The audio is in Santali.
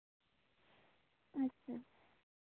ᱟᱪᱪᱷᱟ